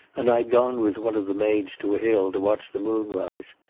and i'd gone with one of the maids to a hill to watch the moon rise.